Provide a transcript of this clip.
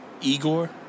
Igor